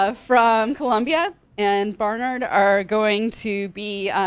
ah from columbia and barnard are going to be,